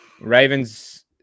Ravens